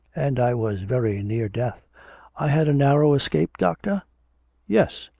and i was very near death i had a narrow escape, doctor yes,